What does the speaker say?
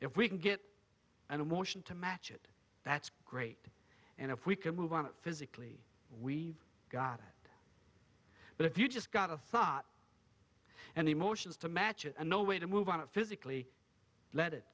if we can get an emotion to match it that's great and if we can move on it physically we've got it but if you just got a thought and emotions to match it and no way to move on it physically let it